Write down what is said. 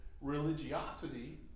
religiosity